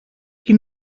qui